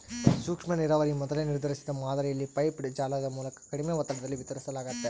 ಸೂಕ್ಷ್ಮನೀರಾವರಿ ಮೊದಲೇ ನಿರ್ಧರಿಸಿದ ಮಾದರಿಯಲ್ಲಿ ಪೈಪ್ಡ್ ಜಾಲದ ಮೂಲಕ ಕಡಿಮೆ ಒತ್ತಡದಲ್ಲಿ ವಿತರಿಸಲಾಗ್ತತೆ